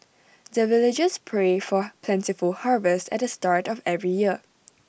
the villagers pray for plentiful harvest at the start of every year